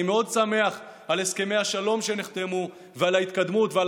אני מאוד שמח על הסכמי השלום שנחתמו ועל ההתקדמות ועל